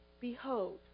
Behold